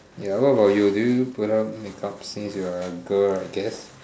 ya what about you do you put up make-ups since you are a girl I guess